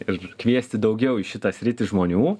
ir kviesti daugiau į šitą sritį žmonių